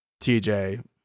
TJ